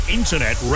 internet